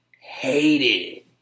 Hated